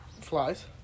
Flies